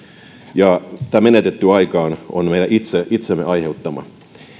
ja tämä menetetty aika on on meidän itsemme aiheuttama